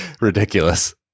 ridiculous